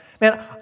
Man